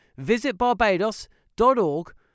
visitbarbados.org